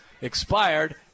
expired